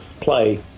play